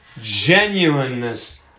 genuineness